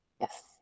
Yes